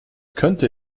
könnte